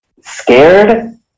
scared